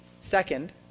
Second